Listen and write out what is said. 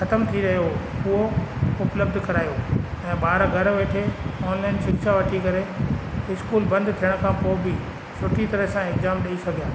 ख़तमु थी वियो हो उहो उहो उपलब्ध करायो ऐं ॿार घर वेठे ऑनलाइन शिक्षा वठी करे स्कूल बंदि थियण खां पोइ बि सुठी तरहि सां एग्ज़ाम ॾई सघनि था